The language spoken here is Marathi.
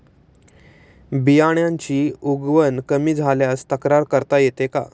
बियाण्यांची उगवण कमी झाल्यास तक्रार करता येते का?